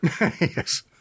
Yes